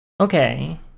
Okay